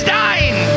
dying